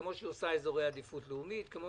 כמו שהיא עושה אזורי עדיפות לאומית.